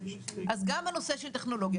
אז גם הנושא של טכנולוגיה.